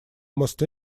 most